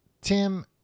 Tim